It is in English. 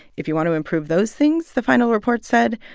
if you want to improve those things, the final report said,